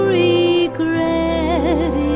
regret